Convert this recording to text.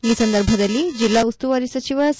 ಈ ಸಂದರ್ಭದಲ್ಲಿ ಜಿಲ್ಲಾ ಉಸ್ತುವಾರಿ ಸಚಿವ ಸಿ